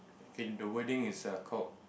in the wording is err called